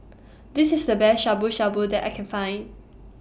This IS The Best Shabu Shabu that I Can Find